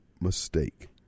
mistake